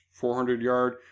400-yard